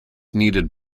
needed